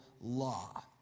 law